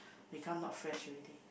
become not fresh already